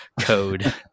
code